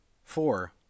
Four